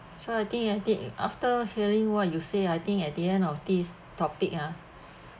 so I think I think after hearing what you say I think at the end of this topic ah